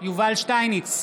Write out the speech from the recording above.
יובל שטייניץ,